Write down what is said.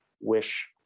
wish